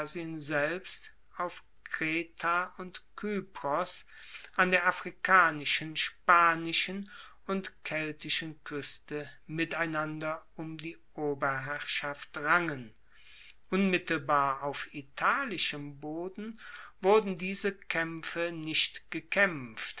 selbst auf kreta und kypros an der afrikanischen spanischen und keltischen kueste miteinander um die oberherrschaft rangen unmittelbar auf italischem boden wurden diese kaempfe nicht